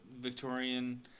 Victorian